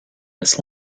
this